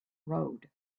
road